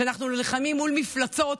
כשאנחנו נלחמים מול מפלצות.